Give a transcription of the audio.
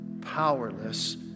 powerless